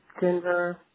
Denver